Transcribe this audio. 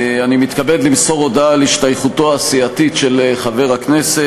אני מתכבד למסור הודעה על השתייכותו הסיעתית של חבר הכנסת.